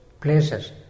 places